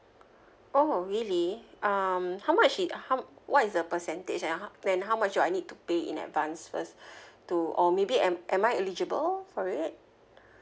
oh really um how much is how what is the percentage and and how much do I need to pay in advance first to or maybe am am I eligible for it